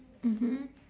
mmhmm